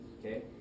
okay